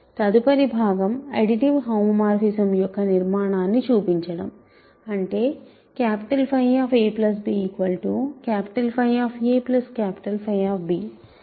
తదుపరి భాగం additive homomorphism యొక్క నిర్మాణాన్ని చూపించడం అంటే𝚽ab 𝚽 𝚽 ఇది ఏమిటి